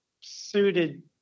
suited